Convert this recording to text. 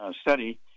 study